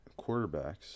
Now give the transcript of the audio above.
quarterbacks